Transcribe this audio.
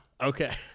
Okay